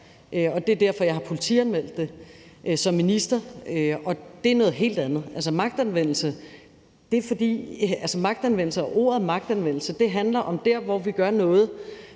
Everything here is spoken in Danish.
og det er derfor jeg har politianmeldt det som minister. Og det er noget helt andet. Altså, magtanvendelse – ordet magtanvendelse – handler om der, hvor vi gør noget,